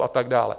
A tak dále.